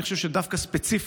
אני חושב שדווקא ספציפית,